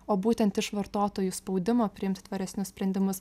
o būtent iš vartotojų spaudimo priimti tvaresnius sprendimus